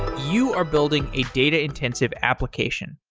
you are building a data-intensive application.